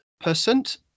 Percent